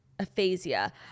Aphasia